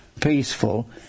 Peaceful